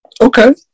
Okay